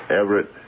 Everett